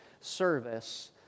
service